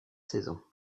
saison